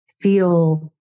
feel